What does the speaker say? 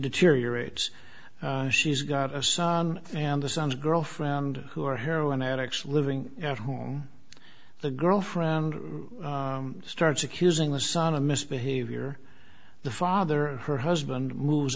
deteriorates she's got a son and the son's girlfriend who are heroin addicts living at home the girlfriend starts accusing the son of misbehavior the father her husband moves